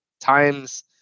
times